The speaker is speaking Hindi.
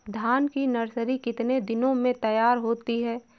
धान की नर्सरी कितने दिनों में तैयार होती है?